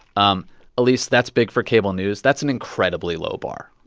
um least that's big for cable news that's an incredibly low bar.